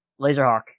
Laserhawk